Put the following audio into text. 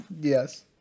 Yes